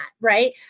right